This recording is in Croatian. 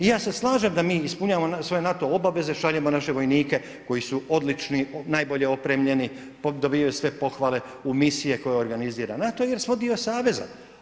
I ja se slažem da mi ispunjavamo svoje NATO obaveze, šaljemo naše vojnike koji su odlični, najbolje opremljeni, dobijaju sve pohvale u misije koje organizira NATO jer smo dio saveza.